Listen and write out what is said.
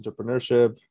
entrepreneurship